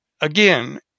Again